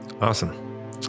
Awesome